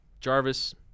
Jarvis